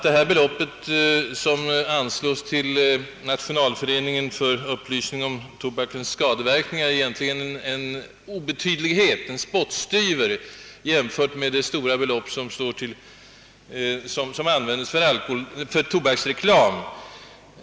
Det belopp som staten anslår till Nationalföreningen för upplysning om tobakens skadeverkningar är därför egentligen en obetydlighet, en spottstyver, jämfört med de mycket stora belopp som används för tobaksreklam.